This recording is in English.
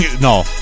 no